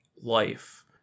life